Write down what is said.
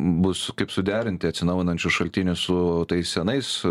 bus kaip suderinti atsinaujinančių šaltinių su tais senais